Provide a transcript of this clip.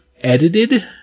edited